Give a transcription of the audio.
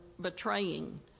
betraying